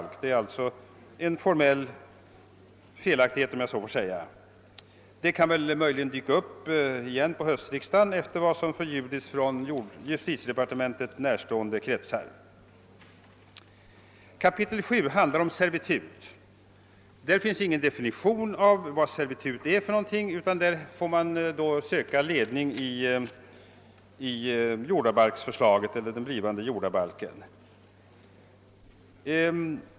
Här föreligger alltså en formell felaktighet, om jag så får säga, men frågan kanske tas upp vid höstriksdagen, enligt vad som förljudits från justitiedepartementet närstående kretsar. Kapitel 7 handlar om servitut. Där finns ingen definition om vad servitut är för någonting, utan man får söka ledning i jordabalksförslaget, alltså den blivande jordabalken.